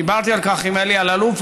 דיברתי על כך עם אלי אלאלוף,